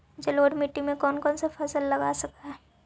जलोढ़ मिट्टी में कौन कौन फसल लगा सक हिय?